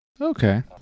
Okay